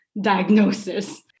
diagnosis